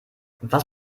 was